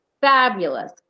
Fabulous